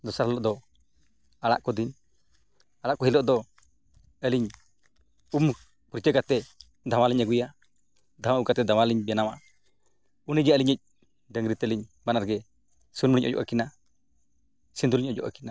ᱫᱚᱥᱟᱨ ᱦᱤᱞᱳᱜ ᱫᱚ ᱟᱲᱟᱜ ᱠᱚ ᱫᱤᱱ ᱟᱲᱟᱜ ᱠᱚ ᱦᱤᱞᱳᱜ ᱫᱚ ᱟᱹᱞᱤᱧ ᱩᱢ ᱯᱷᱩᱨᱪᱟᱹ ᱠᱟᱛᱮᱫ ᱫᱷᱟᱶᱟᱞᱤᱧ ᱟᱹᱜᱩᱭᱟ ᱫᱷᱟᱶᱟ ᱟᱹᱜᱩ ᱠᱟᱛᱮᱫ ᱫᱷᱟᱶᱟ ᱞᱤᱧ ᱵᱮᱱᱟᱣᱟ ᱩᱱᱤ ᱡᱮ ᱟᱹᱞᱤᱤᱡ ᱰᱟᱹᱝᱨᱤ ᱛᱟᱹᱞᱤᱧ ᱵᱟᱱᱟᱨᱜᱮ ᱥᱩᱱᱩᱢ ᱞᱤᱧ ᱚᱡᱚᱜ ᱟᱹᱠᱤᱱᱟ ᱥᱤᱸᱫᱩᱨ ᱞᱤᱧ ᱚᱡᱚᱜ ᱟᱹᱠᱤᱱᱟ